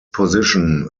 position